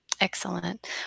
Excellent